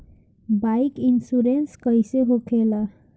Bike insurance कैसे होखे ला?